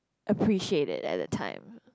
appreciate it at that time